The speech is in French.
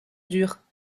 dure